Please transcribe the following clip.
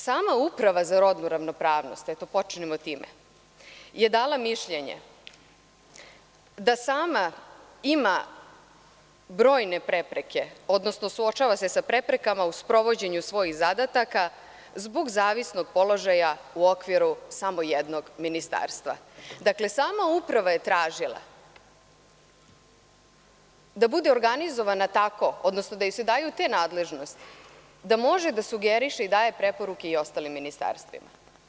Sama Uprava za rodnu ravnopravnost, počnimo time, je dala mišljenje da sama ima brojne prepreke, odnosno suočava se sa preprekama u sprovođenju svojih zadataka zbog zavisnog položaja u okviru samo jednog ministarstava, dakle, sama Uprava je tražila da bude organizovana tako, odnosno da joj se daju te nadležnosti da može da sugeriše i daje preporuke i ostalim ministarstvima.